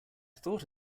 thought